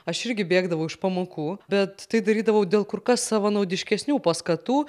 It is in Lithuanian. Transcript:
aš irgi bėgdavau iš pamokų bet tai darydavau dėl kur kas savanaudiškesnių paskatų